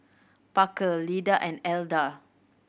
Parker Lyda and Elda